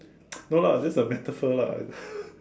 no lah just a metaphor lah